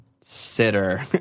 sitter